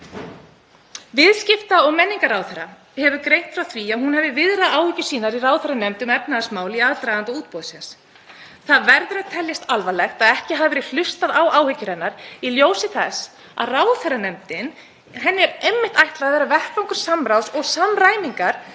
viðskiptaráðherra hefur greint frá því að hún hafi viðrað áhyggjur sínar í ráðherranefnd um efnahagsmál í aðdraganda útboðsins. Það verður að teljast alvarlegt að ekki hafi verið hlustað á áhyggjur hennar í ljósi þess að ráðherranefndinni er einmitt ætlað að vera vettvangur samráðs og samræmingar